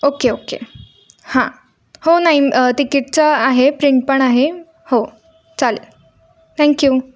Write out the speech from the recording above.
okay okay हां हो नाही तिकीटचं आहे प्रिंट पण आहे हो चालेल थँक्यू